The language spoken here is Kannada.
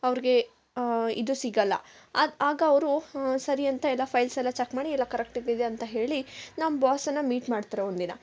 ಅವ್ರಿಗೆ ಇದು ಸಿಗೋಲ್ಲ ಆಗ ಆಗ ಅವರು ಸರಿ ಅಂತ ಎಲ್ಲ ಫೈಲ್ಸ್ ಎಲ್ಲ ಚೆಕ್ ಮಾಡಿ ಎಲ್ಲ ಕರೆಕ್ಟ್ ಇದೆ ಅಂತ ಹೇಳಿ ನಮ್ಮ ಬಾಸನ್ನು ಮೀಟ್ ಮಾಡ್ತಾರೆ ಒಂದಿನ